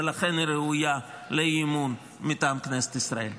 ולכן היא ראויה לאי-אמון מטעם כנסת ישראל.